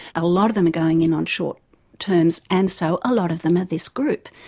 a lot of them are going in on short terms and so a lot of them are this group.